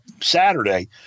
Saturday